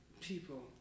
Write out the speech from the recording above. people